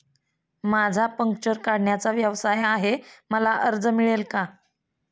माझा पंक्चर काढण्याचा व्यवसाय आहे मला कर्ज मिळेल का?